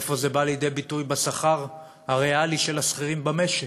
איפה זה בא לידי ביטוי בשכר הריאלי של השכירים במשק,